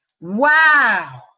Wow